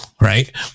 right